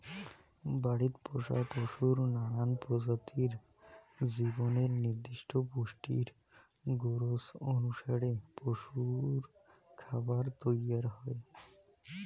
বাড়িত পোষা পশুর নানান প্রজাতির জীবনের নির্দিষ্ট পুষ্টির গরোজ অনুসারে পশুরখাবার তৈয়ার হই